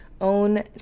own